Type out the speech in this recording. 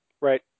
Right